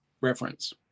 reference